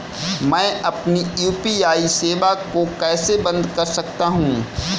मैं अपनी यू.पी.आई सेवा को कैसे बंद कर सकता हूँ?